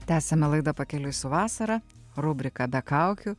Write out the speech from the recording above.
tęsiame laidą pakeliui su vasara rubrika be kaukių